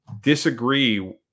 disagree